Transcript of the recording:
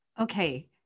Okay